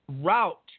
route